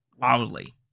loudly